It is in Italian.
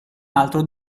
altro